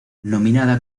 nominada